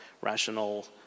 rational